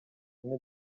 эмне